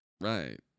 right